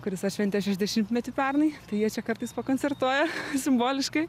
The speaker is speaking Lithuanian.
kuris atšventė šešdešimtmetį pernai tai jie čia kartais pakoncertuoja simboliškai